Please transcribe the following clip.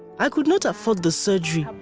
i could not afford the surgery,